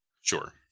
sure